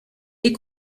est